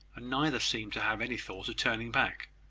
and neither seemed to have any thought of turning back,